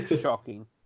shocking